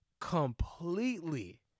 completely